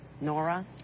Nora